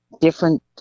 different